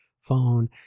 phone